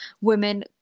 women